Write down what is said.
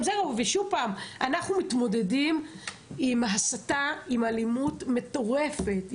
אנחנו מתמודדים עם הסתה ואלימות מטורפת,